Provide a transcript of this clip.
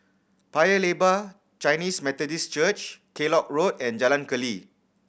Paya Lebar Chinese Methodist Church Kellock Road and Jalan Keli